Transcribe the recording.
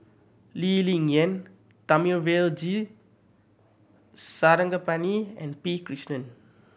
Lee Ling Yen Thamizhavel G Sarangapani and P Krishnan